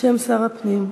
בשם שר הפנים.